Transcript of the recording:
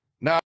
Now